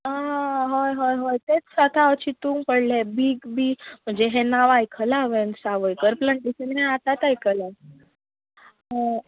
आं हय हय हय तेंच आतां हांव चिंतूंक पडलें बीग बी म्हणचें हें नांव आयकलां हांवें सावयकर प्लानटेंशन हें आतांच आयकलां